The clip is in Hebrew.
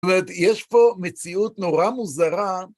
זאת אומרת, יש פה מציאות נורא מוזרה.